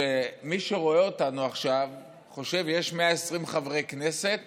זה שמי שרואה אותנו עכשיו חושב: יש 120 חברי כנסת